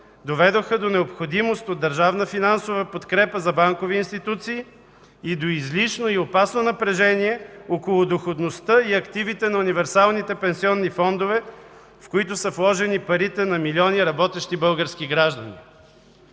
доведоха до необходимост от държавна финансова подкрепа за банкови институции и до излишно и опасно напрежение около доходността и активите на универсалните пенсионни фондове, в които са вложени парите на милиони работещи български граждани.